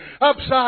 upside